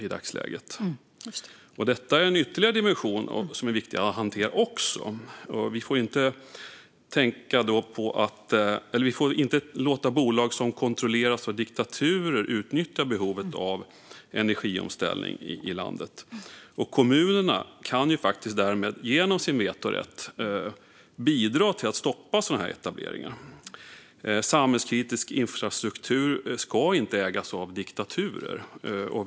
: Just det.) Detta är ytterligare en dimension som är viktig att hantera. Vi får inte låta bolag som kontrolleras av diktaturer utnyttja behovet av energiomställning i landet. Kommunerna kan därmed genom sin vetorätt bidra till att stoppa sådana etableringar. Samhällskritisk infrastruktur ska inte ägas av diktaturer.